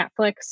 Netflix